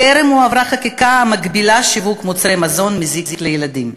טרם הועברה חקיקה המגבילה שיווק מוצרי מזון מזיק לילדים.